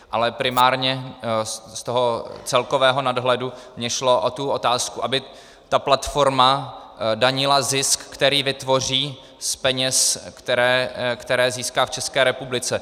Ale primárně z toho celkového nadhledu mně šlo o tu otázku, aby ta platforma danila zisk, který vytvoří z peněz, které získá v České republice.